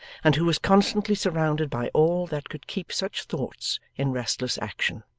and who was constantly surrounded by all that could keep such thoughts in restless action!